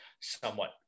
somewhat